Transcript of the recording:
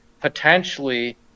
potentially